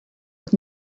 with